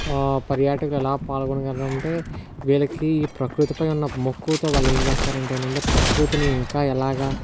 పర్యాటకులు ఎలా పాల్కొనగలరు అంటే వీళ్ళకి ఈ ప్రకృతి పై ఉన్న మక్కువతో వాళ్ళు ఏం చేస్తారు అంటేనండి ప్రకృతిని ఇంకా ఎలాగ